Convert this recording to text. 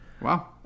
wow